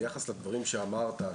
ביחס לדברים שאמרת,